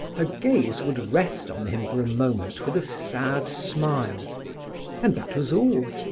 her gaze would rest on him for a moment with a sad smile and that was all.